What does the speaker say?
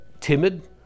timid